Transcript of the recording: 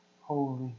holy